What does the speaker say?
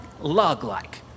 log-like